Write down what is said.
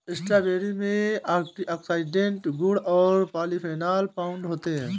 strawberry में antioxidant गुण और पॉलीफेनोल कंपाउंड होते हैं